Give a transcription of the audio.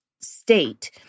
state